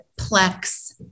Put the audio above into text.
Plex